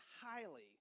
highly